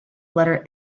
letter